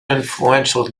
influential